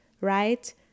right